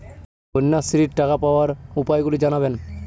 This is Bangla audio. কন্যাশ্রীর টাকা পাওয়ার উপায়গুলি জানাবেন?